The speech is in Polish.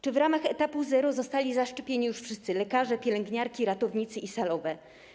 Czy w ramach etapu zero zostali zaszczepieni już wszyscy lekarze, pielęgniarki, ratownicy i salowe?